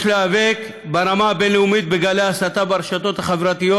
יש להיאבק ברמה הבין-לאומית בגלי ההסתה ברשתות החברתיות.